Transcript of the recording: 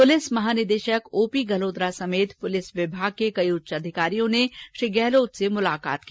police महानिदेशक O P Galhotra समेत पुलिस विभाग के कई उच्च अधिकारियों ने श्री गहलोत से मुलाकात की